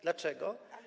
Dlaczego?